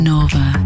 Nova